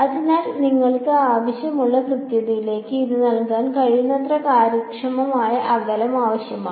അതിനാൽ നിങ്ങൾക്ക് ആവശ്യമുള്ള കൃത്യതയിലേക്ക് ഇത് നൽകാൻ കഴിയുന്നത്ര കാര്യക്ഷമമായ അകലം ആവശ്യമാണ്